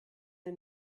der